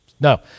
No